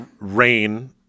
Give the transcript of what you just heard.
Rain